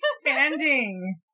standing